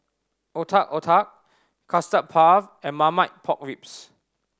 Otak Otak Custard Puff and Marmite Pork Ribs